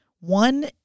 One